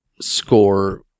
score